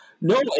No